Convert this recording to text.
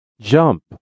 Jump